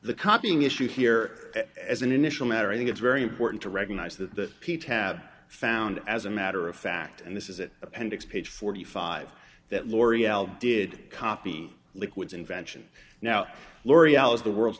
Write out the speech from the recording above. the copying issue here as an initial matter i think it's very important to recognize that p tab found as a matter of fact and this is that appendix page forty five that l'oreal did copy liquids invention now l'oreal is the world's